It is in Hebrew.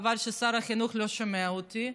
חבל ששר החינוך לא שומע אותי,